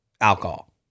alcohol